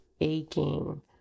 aching